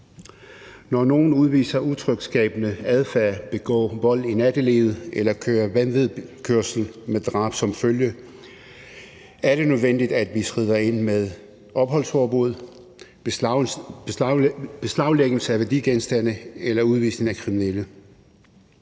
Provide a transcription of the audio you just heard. Når nogen udviser utryghedsskabende adfærd, begår vold i nattelivet eller kører vanvidskørsel med drab som følge, er det nødvendigt, at vi skrider ind med opholdsforbud, beslaglæggelse af værdigenstande eller udvisning af kriminelle.